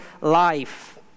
life